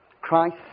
Christ